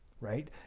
Right